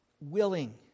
willing